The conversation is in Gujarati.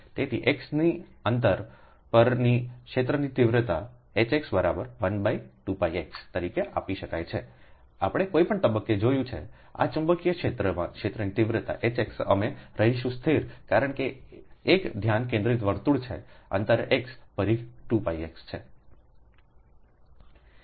તેથી X ની અંતર પરની ક્ષેત્રની તીવ્રતાHx 12πxતરીકે આપી શકાય છેઆપણે કોઈપણ તબક્કે જોયું છે આ ચુંબકીય ક્ષેત્રની તીવ્રતા H x અમે રહીશું સ્થિર કારણ કે તે એક ધ્યાન કેન્દ્રિત વર્તુળ છે અને અંતરે x પરિઘ 2x છે